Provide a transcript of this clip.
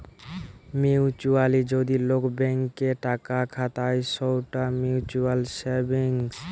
mutually যদি লোক bank এ টাকা খাতায় সৌটা মিউচুয়াল সেভিংস